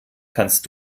kannst